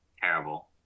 terrible